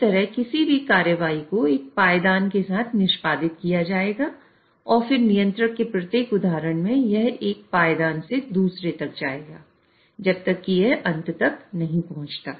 इस तरह किसी भी कार्रवाई को एक पायदान से दूसरे तक जाएगा जब तक यह अंत तक नहीं पहुंचता